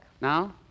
Now